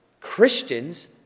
Christians